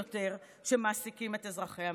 אז הם מעבירים חוק נוסף,